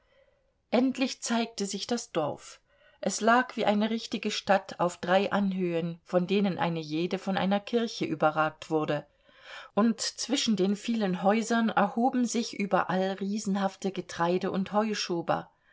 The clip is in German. endlich zeigte sich das dorf es lag wie eine richtige stadt auf drei anhöhen von denen eine jede von einer kirche überragt wurde und zwischen den vielen häusern erhoben sich überall riesenhafte getreide und